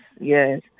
yes